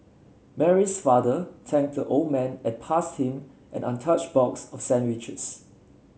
Mary's father thanked the old man and passed him an untouched box of sandwiches